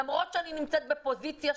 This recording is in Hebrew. למרות שאני נמצאת בפוזיציה,